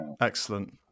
excellent